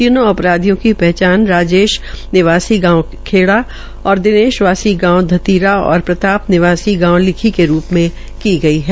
तीनों अपराधियों की पहचान राजेश वासी गांव खेवड़ा और दिनेश वासी गांव धतीर और प्रताप निवासी गांव लिखी के रूप में हुई है